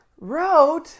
wrote